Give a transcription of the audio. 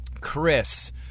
Chris